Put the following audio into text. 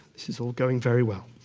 this is all going very well.